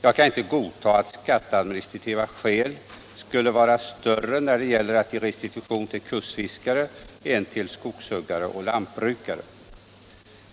Jag kan inte godta att skatteadministrativa skäl skulle vara större när det gäller att ge restitution till kustfiskare än till skogshuggare och lantbrukare.